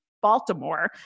Baltimore